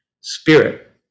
spirit